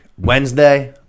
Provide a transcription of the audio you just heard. Wednesday